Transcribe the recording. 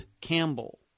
Campbell